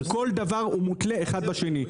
כל דבר מותלה אחד בשני.